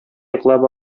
йоклап